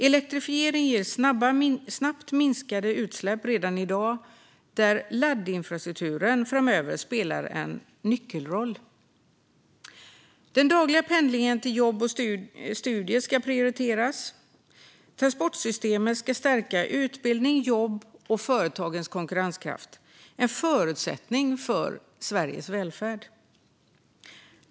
Elektrifiering ger snabbt minskade utsläpp redan i dag. Där spelar laddinfrastrukturen en nyckelroll framöver. Den dagliga pendlingen till jobb och studier ska prioriteras. Transportsystemet ska stärka utbildning, jobb och företagens konkurrenskraft. Det är en förutsättning för Sveriges välfärd.